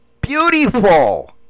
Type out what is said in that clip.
Beautiful